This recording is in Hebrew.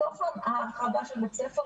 בתוך בית ספר,